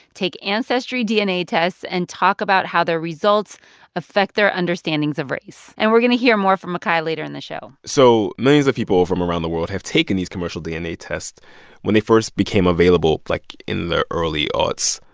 take ancestry dna tests and talk about how their results affect their understandings of race. and we're going to hear more from mikhi later in the show so millions of people from around the world have taken these commercial dna tests when they first became available, like in the early aughts.